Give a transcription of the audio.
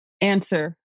answer